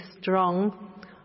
strong